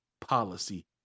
policy